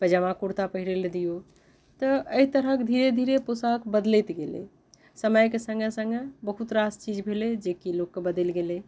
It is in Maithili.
पैजामा कुर्ता पहिरै लए दिऔ तऽ एहि तरहक धीरे धीरे पोशाक बदलैत गेलै समयके सङ्गे सङ्गे बहुत रास चीज भेलै जे कि बदलि गेलै